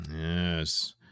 Yes